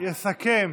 יסכם,